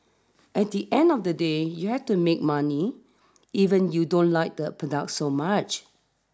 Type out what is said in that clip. at the end of the day you have to make money even you don't like the product so much